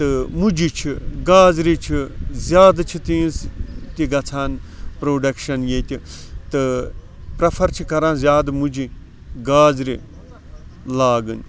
تہٕ مُجہِ چھِ گازرِ چھِ زیادٕ چھِ تِہٕنٛز تہِ گَژھان پروڈَکشَن ییٚتہِ تہٕ پریٚفَر چھِ کران زیادٕ مُجہِ گازرٕ لاگٕنۍ